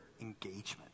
engagement